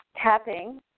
tapping